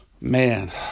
man